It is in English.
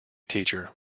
teacher